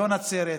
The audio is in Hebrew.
לא נצרת,